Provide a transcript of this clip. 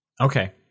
Okay